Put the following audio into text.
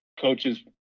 coaches